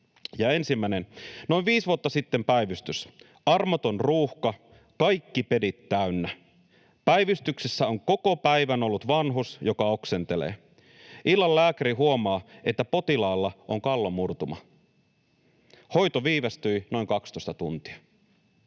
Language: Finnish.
Ensimmäinen: ”Noin viisi vuotta sitten päivystys: Armoton ruuhka, kaikki pedit täynnä. Päivystyksessä on koko päivän ollut vanhus, joka oksentelee. Illan lääkäri huomaa, että potilaalla on kallonmurtuma. Hoito viivästyi noin 12 tuntia.”